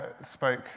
spoke